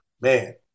Man